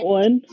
one